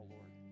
Lord